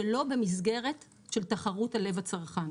שלא במסגרת של תחרות על לב הצרכן.